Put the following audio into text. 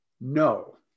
No